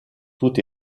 tout